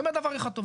באמת דבר אחד טוב.